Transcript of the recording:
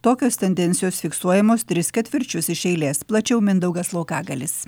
tokios tendencijos fiksuojamos tris ketvirčius iš eilės plačiau mindaugas laukagalis